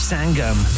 Sangam